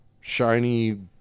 shiny